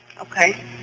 Okay